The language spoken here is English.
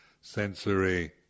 sensory